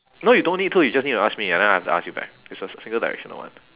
no you don't need to you just need to ask me and then I have to ask you back it's a single directional one